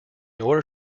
order